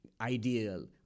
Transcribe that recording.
ideal